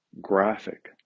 graphic